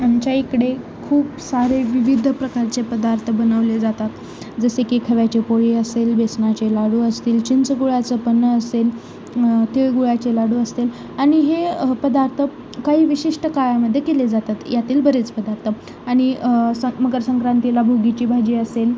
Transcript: आमच्या इकडे खूप सारे विविध प्रकारचे पदार्थ बनवले जातात जसे कि खव्याची पोळी असेल बेसनाचे लाडू असतील चिंचगुळा्चं पन्ह असेल तिळगुळाचे लाडू असतील आणि हे पदार्थ काही विशिष्ट काळामध्ये केले जातात यातील बरेच पदार्थ आणि सं मकर संक्रांतीला भोगीची भाजी असेल